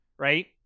Right